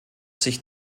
sich